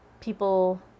people